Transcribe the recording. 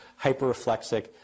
hyperreflexic